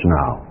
now